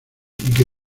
que